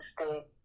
State